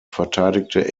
verteidigte